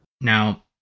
Now